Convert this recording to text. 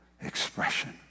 expression